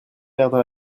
perdre